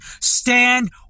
Stand